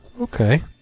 Okay